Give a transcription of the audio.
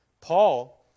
Paul